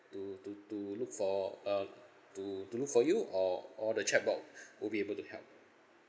to to to look for uh to to look for you or or the chatbot would be able to help